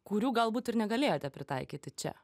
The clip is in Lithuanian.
kurių galbūt ir negalėjote pritaikyti čia